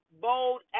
bold